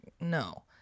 no